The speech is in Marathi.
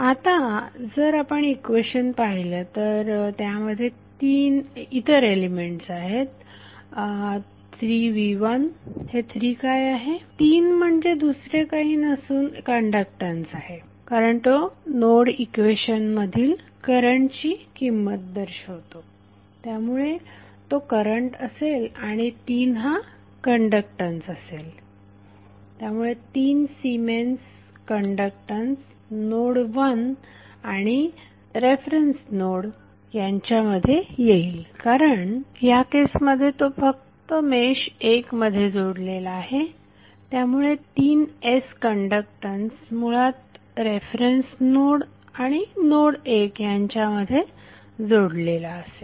आता जर आपण इक्वेशन पाहिले तर त्यामध्ये इतर एलिमेंट्स आहे 3v1 हे 3 काय आहे 3 म्हणजे दुसरे काही नसून कंडक्टन्स आहे कारण तो नोड इक्वेशनमधील करंटची किंमत दर्शवतो त्यामुळे तो करंट असेल आणि 3 हा कंडक्टन्स असेल त्यामुळे 3 सिमेंस कंडक्टन्स नोड वन आणि रेफरन्स नोड यांच्यामध्ये येईल कारण या केसमध्ये तो फक्त मेश 1 मध्ये जोडलेला आहे त्यामुळे 3S कंडक्टन्स मूलत रेफरन्स नोड आणि नोड 1 यांच्या मध्ये जोडलेला असेल